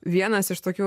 vienas iš tokių